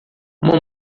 uma